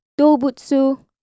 Dobutsu